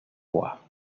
bois